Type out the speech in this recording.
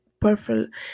perfect